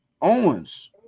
Owens